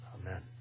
Amen